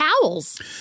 towels